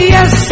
Yes